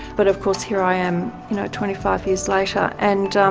but of course here i am you know twenty five years later. and um